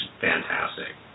fantastic